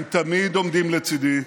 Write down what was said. הם תמיד עומדים לצידי,